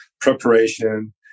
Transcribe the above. preparation